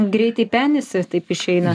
greitai penisi taip išeina